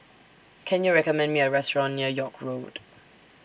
Can YOU recommend Me A Restaurant near York Road